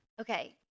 Okay